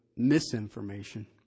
misinformation